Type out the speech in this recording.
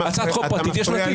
להצעת חוק פרטית יש נתיב.